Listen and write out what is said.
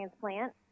transplant